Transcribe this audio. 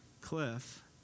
cliff